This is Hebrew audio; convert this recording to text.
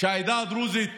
שהעדה הדרוזית